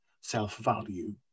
self-value